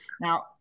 Now